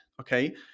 okay